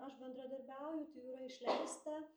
aš bendradarbiauju tai jau yra išleista